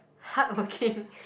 hardworking